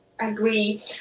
Agree